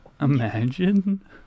Imagine